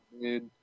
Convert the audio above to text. dude